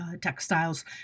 textiles